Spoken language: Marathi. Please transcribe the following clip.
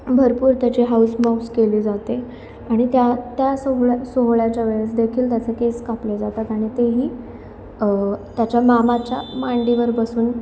भरपूर त्याची हौसमौज केली जाते आणि त्या त्या सोहळ्या सोहळ्याच्या वेळेस देखील त्याचे केस कापले जातात आणि तेही त्याच्या मामाच्या मांडीवर बसून